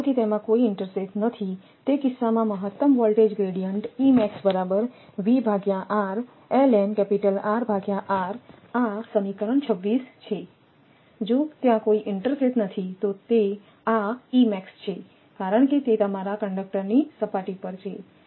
માની લો કે તેમાં ઇન્ટરસેથ નથી તે કિસ્સામાં મહત્તમ વોલ્ટેજ ગ્રેડીઅન્ટ આ સમીકરણ 26 છે જો ત્યાં કોઈ ઇન્ટરસેથ નથી તો આ તે E max છે કારણ કે તે તમારા કંડક્ટરની સપાટી પર છે